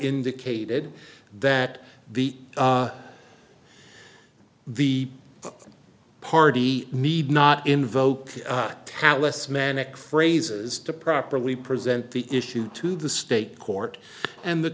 indicated that the the party need not invoke talismanic phrases to properly present the issue to the state court and the